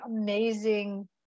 amazing